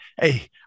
Hey